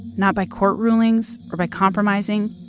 not by court rulings or by compromising.